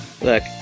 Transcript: look